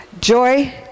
joy